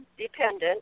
dependent